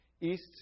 east